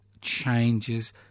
changes